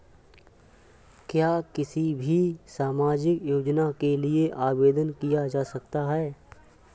क्या किसी भी सामाजिक योजना के लिए आवेदन किया जा सकता है?